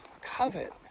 covet